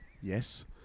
Yes